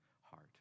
heart